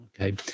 Okay